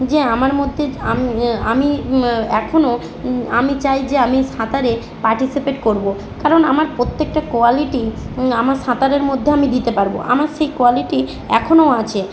যে আমার মধ্যে য্ আমি আমি এখনও আমি চাই যে আমি সাঁতারে পার্টিসিপেট করব কারণ আমার প্রত্যেকটা কোয়ালিটি আমার সাঁতারের মধ্যে আমি দিতে পারব আমার সেই কোয়ালিটি এখনও আছে